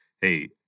Hey